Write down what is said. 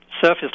surface